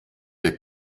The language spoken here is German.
der